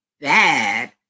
bad